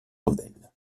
rebelles